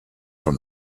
from